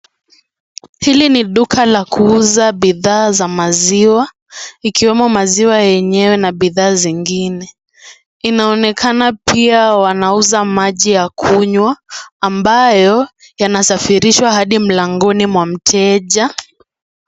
Hili ni duka la kuuza bidhaa za maziwa ikiwemo maziwa yenyewe na bidhaa zingine, inaonenaka pia wanauza maji ya kunywa ambayo yanasafilishwa hadi mlangoni mwa mteja.